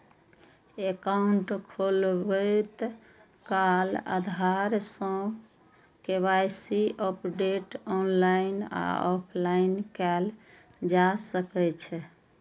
account खोलबैत काल आधार सं के.वाई.सी अपडेट ऑनलाइन आ ऑफलाइन कैल जा सकै छै